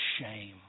shame